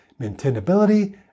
maintainability